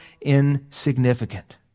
insignificant